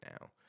now